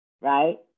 right